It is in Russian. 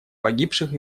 погибших